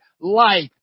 life